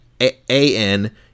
A-N